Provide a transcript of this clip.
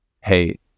hey